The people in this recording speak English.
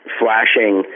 flashing